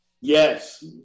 Yes